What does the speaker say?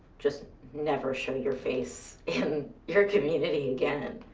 just never show your face in your community again.